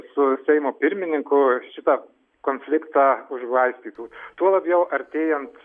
su seimo pirmininku šitą konfliktą užglaistytų tuo labiau artėjant